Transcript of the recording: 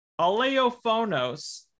Aleophonos